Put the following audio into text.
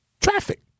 traffic